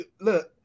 Look